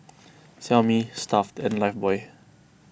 Xiaomi Stuff'd and Lifebuoy